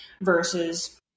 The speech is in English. versus